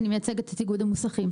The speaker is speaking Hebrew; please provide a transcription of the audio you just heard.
אני מייצגת את איגוד המוסכים.